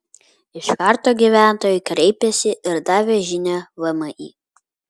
iš karto gyventojai kreipėsi ir davė žinią vmi